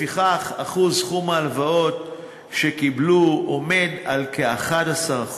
לפיכך, שיעור ההלוואות שקיבלו הוא כ-11%,